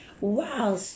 Wow